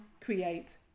create